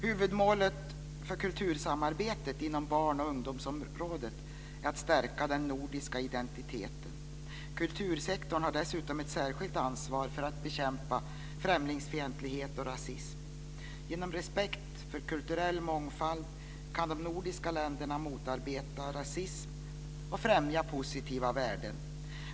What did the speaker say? Huvudmålet för kultursamarbetet inom barn och ungdomsområdet är att stärka den nordiska identiteten. Kultursektorn har dessutom ett särskilt ansvar för att bekämpa främlingsfientlighet och rasism. Genom respekt för kulturell mångfald kan de nordiska länderna motarbeta rasism och främja positiva värden.